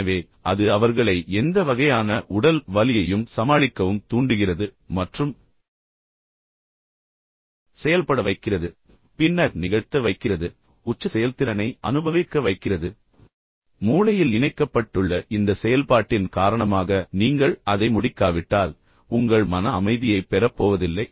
எனவே அது அவர்களை எந்த வகையான உடல் வலியையும் சமாளிக்கவும் தூண்டுகிறது மற்றும் பின்னர் செயல்பட வைக்கிறது பின்னர் நிகழ்த்த வைக்கிறது உச்ச செயல்திறனை அனுபவிக்க வைக்கிறது மூளையில் இணைக்கப்பட்டுள்ள இந்த செயல்பாட்டின் காரணமாக நீங்கள் அதை முடிக்காவிட்டால் உங்கள் மன அமைதியைப் பெறப் போவதில்லை